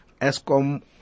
ESCOM